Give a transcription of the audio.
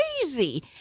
crazy